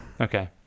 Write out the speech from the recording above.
Okay